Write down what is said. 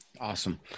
Awesome